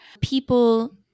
People